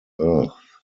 earth